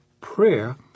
prayer